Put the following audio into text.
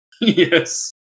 yes